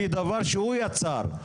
היא דבר שהוא יצר.